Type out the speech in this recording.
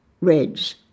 reds